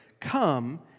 come